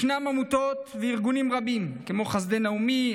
ישנן עמותות וארגונים רבים כמו חסדי נעמי,